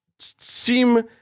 seem